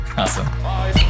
Awesome